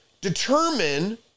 determine